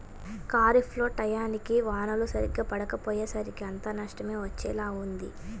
ఖరీఫ్ లో టైయ్యానికి వానలు సరిగ్గా పడకపొయ్యేసరికి అంతా నష్టమే వచ్చేలా ఉంది